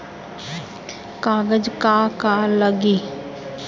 कागज का का लागी?